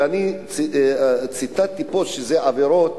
ואני ציטטתי פה שזה עבירות,